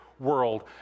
world